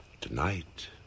Tonight